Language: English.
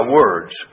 words